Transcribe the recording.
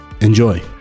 Enjoy